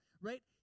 right